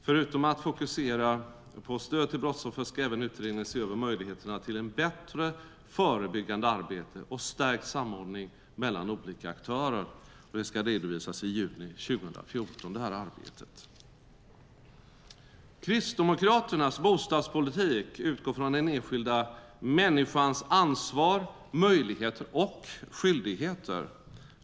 Förutom att fokusera på stöd till brottsoffer ska utredningen även se över möjligheterna till ett bättre förebyggande arbete och stärkt samordning mellan olika aktörer. Arbetet ska redovisas i juni 2014. Kristdemokraternas bostadspolitik utgår från den enskilda människans ansvar, möjligheter och skyldigheter.